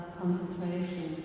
concentration